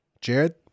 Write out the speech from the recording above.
Jared